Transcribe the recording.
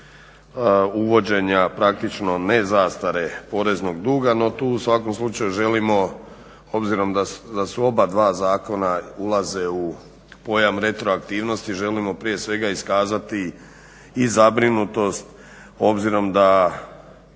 uvođenja praktično ne zastare poreznog duga no tu u svakom slučaju želimo obzirom da su oba dva zakona ulaze u pojam retroaktivnosti, želimo prije svega iskazati i zabrinutost obzirom da